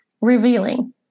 revealing